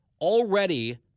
already